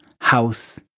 house